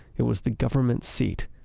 it was the government seat.